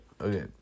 Okay